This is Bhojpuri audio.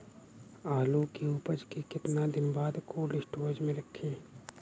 आलू के उपज के कितना दिन बाद कोल्ड स्टोरेज मे रखी?